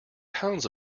pounds